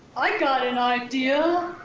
i got an idea.